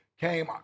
came